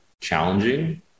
challenging